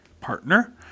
partner